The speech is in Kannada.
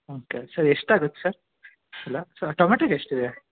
ಓಕೆ ಸರ್ ಎಷ್ಟು ಆಗತ್ತೆ ಸರ್ ಎಲ್ಲ ಟೊಮಟಗೆ ಎಷ್ಟು ಇದೆ